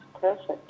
perfect